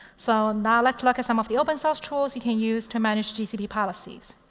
so now let's look at some of the open source tools you can use to manage gcp policies.